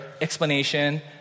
explanation